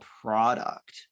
product